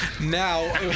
Now